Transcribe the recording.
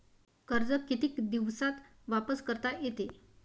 कर्ज कितीक दिवसात वापस करता येते?